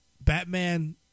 Batman